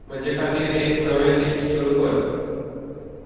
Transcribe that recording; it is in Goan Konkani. म्हजे खातीर एक नवें लिस्ट सुरू कर